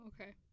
okay